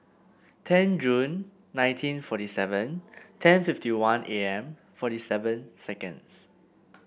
ten Jun nineteen forty seven ten fifty one A M forty seven seconds